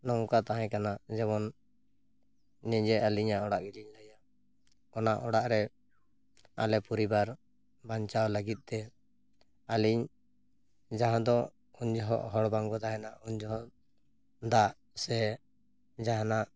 ᱱᱚᱝᱠᱟ ᱛᱟᱦᱮᱸ ᱠᱟᱱᱟ ᱡᱮᱢᱚᱱ ᱱᱤᱡᱮ ᱟᱹᱞᱤᱧᱟᱜ ᱚᱲᱟᱜ ᱜᱮᱞᱤᱧ ᱞᱟᱹᱭᱟ ᱚᱱᱟ ᱚᱲᱟᱜ ᱨᱮ ᱟᱞᱮ ᱯᱚᱨᱤᱵᱟᱨ ᱵᱟᱧᱟᱣ ᱞᱟᱹᱜᱤᱫ ᱛᱮ ᱟᱹᱞᱤᱧ ᱡᱟᱦᱟᱸ ᱫᱚ ᱩᱱ ᱡᱚᱦᱚᱜ ᱦᱚᱲ ᱵᱟᱝ ᱠᱚ ᱛᱟᱦᱮᱱᱟ ᱩᱱ ᱡᱚᱦᱚᱜ ᱫᱟᱜ ᱥᱮ ᱡᱟᱦᱟᱱᱟᱜ